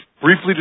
briefly